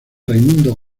raimundo